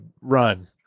run